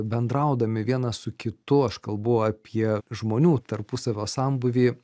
bendraudami vienas su kitu aš kalbu apie žmonių tarpusavio sambūvį